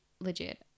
legit